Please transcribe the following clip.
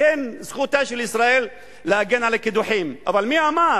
אכן זכותה של ישראל להגן על הקידוחים, אבל מי אמר